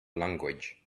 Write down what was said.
language